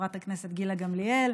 חברת הכנסת גילה גמליאל,